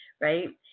Right